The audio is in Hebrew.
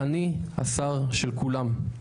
אני השר של כולם.